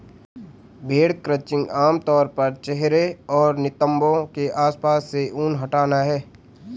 भेड़ क्रचिंग आम तौर पर चेहरे और नितंबों के आसपास से ऊन हटाना है